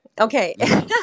Okay